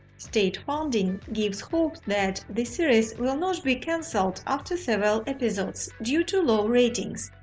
state funding gives hope that the series will not be canceled after several episodes due to low ratings,